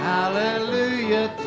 Hallelujah